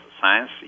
science